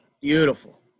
beautiful